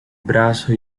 brazo